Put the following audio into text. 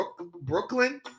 Brooklyn